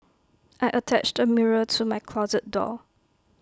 I attached A mirror to my closet door